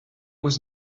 was